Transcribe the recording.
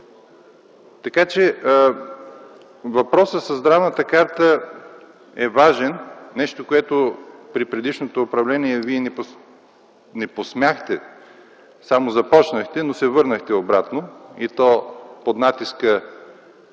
Така, че въпросът със здравната карта е важен – нещо, което при предишното управление вие не посмяхте да направите. Само започнахте, но се върнахте обратно, и то под натиска